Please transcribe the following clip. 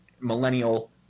millennial